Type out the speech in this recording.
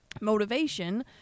motivation